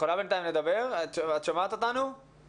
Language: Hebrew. אנחנו צריכים לזכור שבמצב שגרה הלמידה במערכת החינוך לא מתנהלת